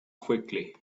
quickly